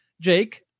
Jake